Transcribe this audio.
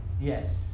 Yes